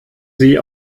sie